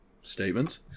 statements